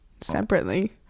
separately